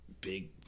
big